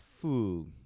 food